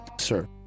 Sir